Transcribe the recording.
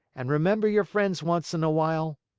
and remember your friends once in a while.